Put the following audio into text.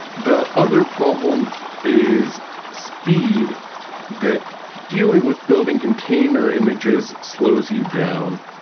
the other problem is speed that dealing with building container images slows you down.